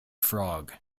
frog